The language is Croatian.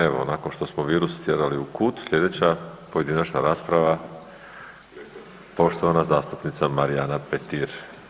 Evo pošto smo virus stjerali u kut sljedeća pojedinačna rasprava poštovana zastupnica Marijana Petir.